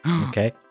okay